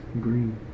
Green